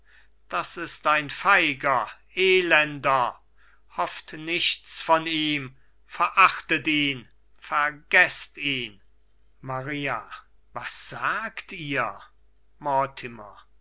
das ist ein feiger elender hofft nichts von ihm verachtet ihn vergeßt ihn maria was sagt ihr